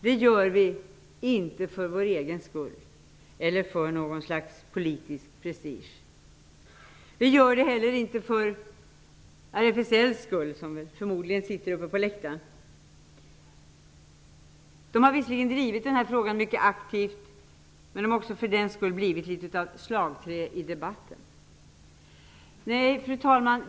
Detta gör vi inte för vår egen skull eller på grund av något slags politisk prestige. Vi gör det inte heller för RFSL:s skull -- representanter därifrån sitter förmodligen på läktaren. RFSL har visserligen drivit denna fråga mycket aktivt, men man har på grund av det blivit litet av ett slagträ i debatten. Fru talman!